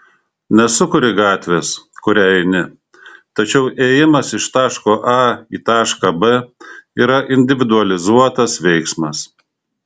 nesukuri gatvės kuria eini tačiau ėjimas iš taško a į tašką b yra individualizuotas veiksmas